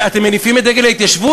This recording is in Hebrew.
אתם מניפים את דגל ההתיישבות?